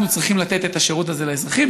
אנחנו צריכים לתת את השירות הזה לאזרחים.